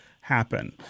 happen